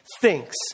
thinks